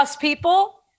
people